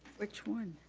which one?